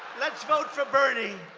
let's vote for bernie.